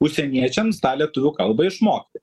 užsieniečiams tą lietuvių kalbą išmokti